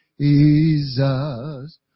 Jesus